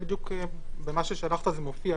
במה ששלחת זה מופיע,